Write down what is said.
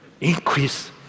increase